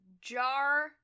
jar